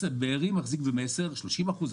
בארי מחזיק ב-מסר ב-30 אחוזים,